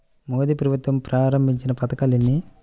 మోదీ ప్రభుత్వం ప్రారంభించిన పథకాలు ఎన్ని?